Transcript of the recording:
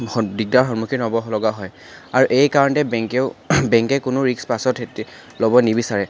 দিগদাৰ সন্মুখীন হ'বলগা হয় আৰু এই কাৰণতে বেংকেও বেংকে কোনো ৰিস্ক পাছত ল'ব নিবিচাৰে